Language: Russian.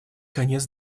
конец